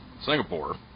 Singapore